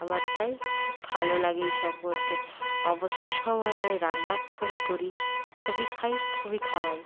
আমার তাই খুব ভালো লাগে এইসব করতে অবসর সময় আমি রান্না খুবই করি খুবই খাই এবং খুবই খাওয়াই